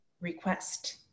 request